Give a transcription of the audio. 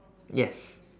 yes